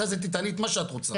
אחרי זה תטעני מה שאת רוצה,